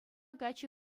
каччӑ